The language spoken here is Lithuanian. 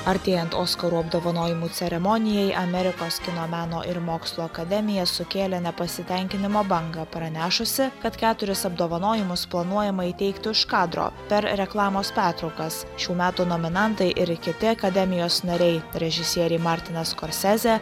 artėjant oskarų apdovanojimų ceremonijai amerikos kino meno ir mokslo akademija sukėlė nepasitenkinimo bangą pranešusi kad keturis apdovanojimus planuojama įteikti už kadro per reklamos pertraukas šių metų nominantai ir kiti akademijos nariai režisierei martinas kosezė